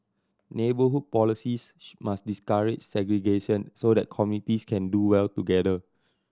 neighbourhood policies must discourage segregation so that communities can do well together